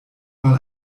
mal